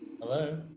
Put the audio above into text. Hello